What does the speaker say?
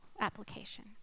application